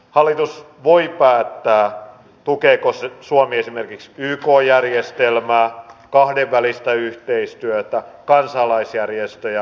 hallitus voi päättää tukeeko suomi esimerkiksi yk järjestelmää kahdenvälistä yhteistyötä kansalaisjärjestöjä vai yrityksiä